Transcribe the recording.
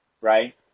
right